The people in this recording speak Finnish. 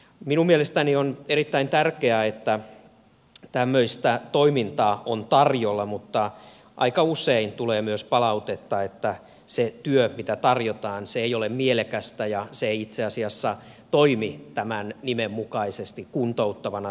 minun mielestäni on erittäin tärkeää että tämmöistä toimintaa on tarjolla mutta aika usein tulee myös palautetta että se työ mitä tarjotaan ei ole mielekästä ja se ei itse asiassa toimi tämän nimen mukaisesti kuntouttavana työtoimintana